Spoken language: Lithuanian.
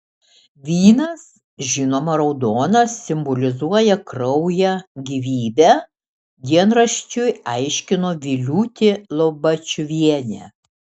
vynas žinoma raudonas simbolizuoja kraują gyvybę dienraščiui aiškino viliūtė lobačiuvienė